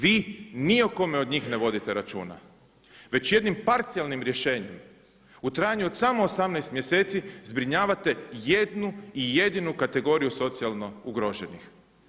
Vi ni o kome od njih ne vodite računa, već jednim parcijalnim rješenjem u trajanju od samo 18 mjeseci zbrinjavate jednu i jedinu kategoriju socijalno ugroženih.